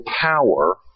power